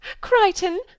Crichton